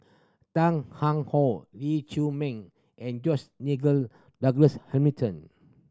Tan How Lee Chiu Ming and Nigel Douglas Hamilton